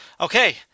Okay